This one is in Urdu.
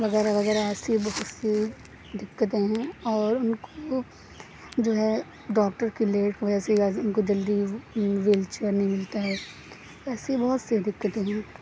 وغیرہ وغیرہ ایسی بہت سی دقتیں ہیں اور ان کو جو ہے ڈاکٹر کی لیٹ کی وجہ سے ان کو جلدی وہیل چیئر نہیں ملتا ہے ایسی بہت سی دقتیں ہیں